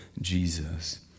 Jesus